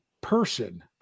person